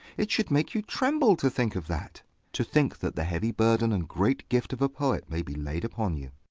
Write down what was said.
it should make you tremble to think of that to think that the heavy burthen and great gift of a poet may be laid upon you.